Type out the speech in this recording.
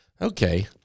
okay